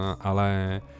ale